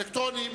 אלקטרוני.